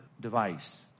device